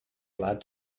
glad